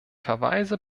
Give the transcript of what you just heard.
verweise